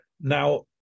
Now